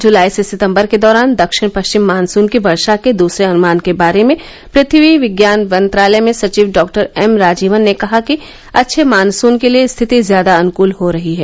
जुलाई से सितम्बर के दौरान दक्षिण पश्चिम मॉनसून की वर्षा के दूसरे अनुमान के बारे में पृथ्यी विज्ञान मंत्रालय में सचिव डॉक्टर एम राजीवन ने कहा कि अच्छे मॉनसून के लिए स्थिति ज्यादा अनुकूल हो रही है